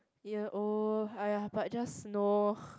ya oh !aiya! but I just know